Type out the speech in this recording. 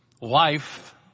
Life